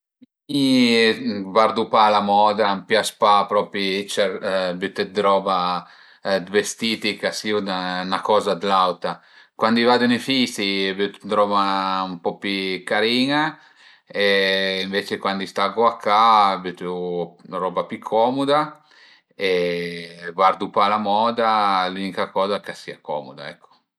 Mi vardu pa la moda, a m'pias pa propi cer büté d'roba, vestiti ch'a sìu dë 'na coza o l'auta, cuandi vadu ën üfisi bütu d'roba ën po carin-a e ënvece cuandi stagu a ca bütu d'roba pi comoda e vardu pa la moda, l'ünica coza ch'a sìa comuda ecco